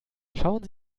schauen